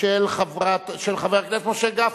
של חבר הכנסת משה גפני,